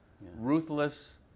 ruthless